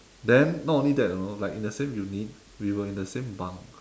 then not only that you know like in the same unit we were in the same bunk